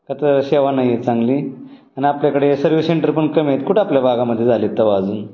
काय तर सेवा नाही आहे चांगली आणि आपल्याकडे सर्विस सेंटर पण कमी आहेत कुठं आपल्या भागामध्ये झालेत तेव्हा अजून